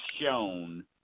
shown